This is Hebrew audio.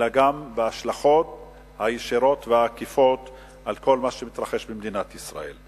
אלא גם בהשלכות הישירות והעקיפות על כל מה שמתרחש במדינת ישראל.